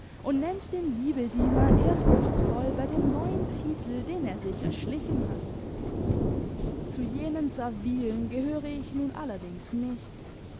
und nennt den liebediener ehrfurchtsvoll bei dem neuen titel den er sich erschlichen hat zu jenen servilen gehöre ich nun allerdings nicht